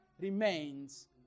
remains